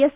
S